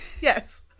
Yes